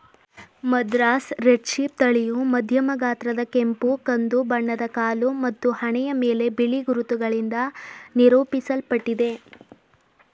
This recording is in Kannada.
ಮದ್ರಾಸ್ ರೆಡ್ ಶೀಪ್ ತಳಿಯು ಮಧ್ಯಮ ಗಾತ್ರದ ಕೆಂಪು ಕಂದು ಬಣ್ಣದ ಕಾಲು ಮತ್ತು ಹಣೆಯ ಮೇಲೆ ಬಿಳಿ ಗುರುತುಗಳಿಂದ ನಿರೂಪಿಸಲ್ಪಟ್ಟಿದೆ